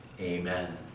Amen